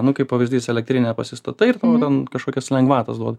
nu kaip pavyzdys elektrinę pasistatai ir tau ten kažkokias lengvatas duoda